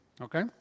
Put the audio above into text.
Okay